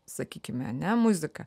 sakykime ane muzika